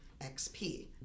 XP